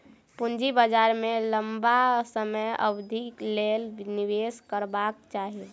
पूंजी बाजार में लम्बा समय अवधिक लेल निवेश करबाक चाही